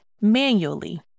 manually